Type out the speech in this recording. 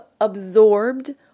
absorbed